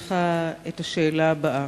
בפניך את השאלה הבאה: